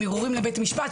עם ערעורים לבית משפט,